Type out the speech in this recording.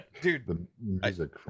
Dude